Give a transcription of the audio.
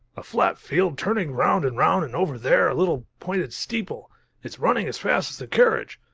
a flat field turning round and round and over there, a little pointed steeple it's running as fast as the carriage.